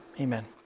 amen